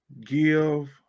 give